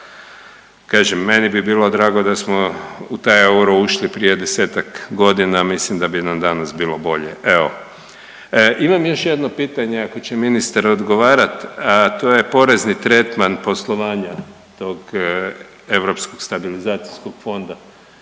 kažem, meni bi bilo drago da smo u taj euro ušli prije 10-ak godina, mislim da bi nam danas bilo bolje. Evo, imam još jedno pitanje, ako će ministar odgovarati, to je porezni tretman poslovanja tog europskog stabilizacijskog fonda,